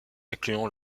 incluant